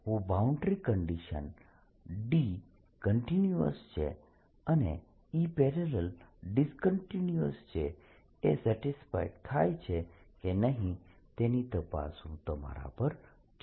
હું boundary conditions D continuous છે અને E|| ડીસકન્ટીન્યુઅસ છે એ સેટિસ્ફાય થાય છે કે નહિ તેની તપાસ હું તમારા પર છોડીશ